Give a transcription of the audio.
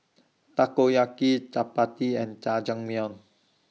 Takoyaki Chapati and Jajangmyeon